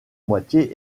moitié